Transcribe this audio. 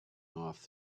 off